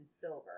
silver